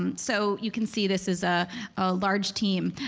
um so you can see this is a ah large team.